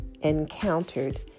encountered